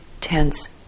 tense